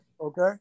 okay